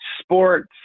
sports